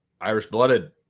Irish-blooded